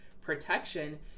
protection